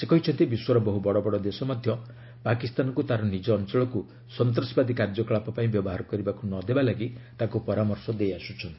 ସେ କହିଛନ୍ତି ବିଶ୍ୱର ବହୁ ବଡ଼ବଡ଼ ଦେଶ ମଧ୍ୟ ପାକିସ୍ତାନକୁ ତା'ର ନିଜ ଅଞ୍ଚଳକୁ ସନ୍ତାସବାଦୀ କାର୍ଯ୍ୟକଳାପ ପାଇଁ ବ୍ୟବହାର କରିବାକୁ ନ ଦେବା ଲାଗି ତାକୁ ପରାମର୍ଶ ଦେଇଆସୁଛନ୍ତି